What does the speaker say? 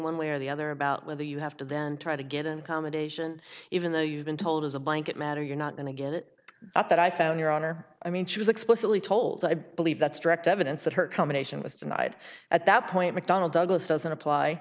one way or the other about whether you have to then try to get an commendation even though you've been told as a blanket matter you're not going to get it at that i found your honor i mean she was explicitly told i believe that's direct evidence that her combination was denied at that point mcdonnell douglas doesn't apply